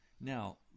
Now